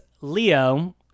Leo